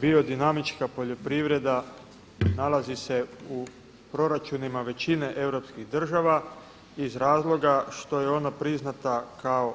Biodinamička poljoprivreda nalazi se u proračunima većine europskih država iz razloga što je ona priznata kao